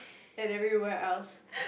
and everywhere else